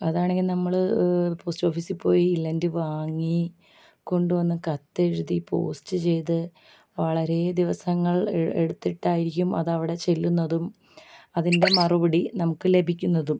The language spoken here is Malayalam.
അതാണെങ്കിൽ നമ്മള് പോസ്റ്റ് ഓഫീസിൽ പോയി ഇല്ലെൻറ്റ് വാങ്ങി കൊണ്ടു വന്ന് കത്തെഴുതി പോസ്റ്റ് ചെയ്ത് വളരെ ദിവസങ്ങൾ എടു എടുത്തിട്ടായിരിക്കും അത് അവിടെ ചെല്ലുന്നത് അതിൻ്റെ മറുപടി നമുക്ക് ലഭിക്കുന്നതും